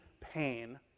pain